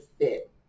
fit